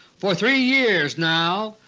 for three years now,